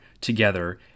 together